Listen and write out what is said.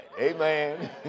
Amen